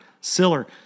Siller